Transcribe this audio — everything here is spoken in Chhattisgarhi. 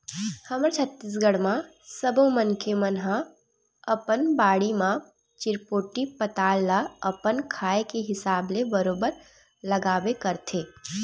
हमर छत्तीसगढ़ म सब्बो मनखे मन ह अपन बाड़ी म चिरपोटी पताल ल अपन खाए के हिसाब ले बरोबर लगाबे करथे